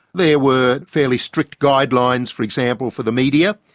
there were fairly strict guidelines, for example, for the media,